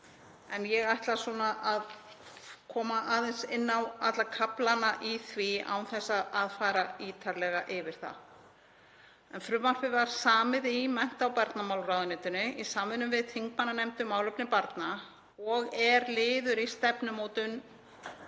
og ég ætla að koma aðeins inn á alla kaflana í því án þess að fara ítarlega yfir það. Frumvarpið var samið í mennta- og barnamálaráðuneytinu í samvinnu við þingmannanefnd um málefni barna og er liður í stefnumótun